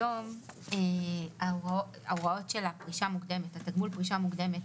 היום ההוראות של תגמול הפרישה המוקדמת,